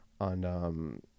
on